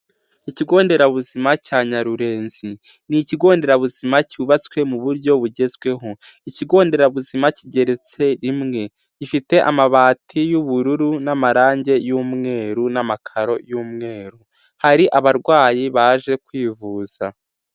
Ikigo nderabuzima cya Nyarurennzi ni ikigo nderabuzima cyubatswe mu buryo bugezweho, ikigo nderabuzima kigeretse rimwe, gifite amabati y'ubururu n'amarangi y'umweru n'amakaro y'umweru, hari abarwayi baje kwivuza.